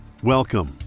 Welcome